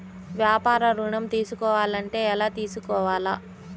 వ్యాపార ఋణం తీసుకోవాలంటే ఎలా తీసుకోవాలా?